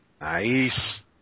Nice